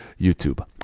YouTube